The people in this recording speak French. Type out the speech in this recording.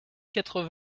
quatre